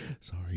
Sorry